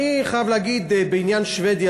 אני חייב להגיד בעניין שבדיה,